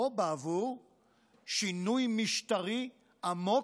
או בעבור שינוי משטרי עמוק,